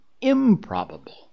improbable